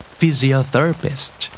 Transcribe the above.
Physiotherapist